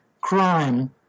crime